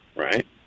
Right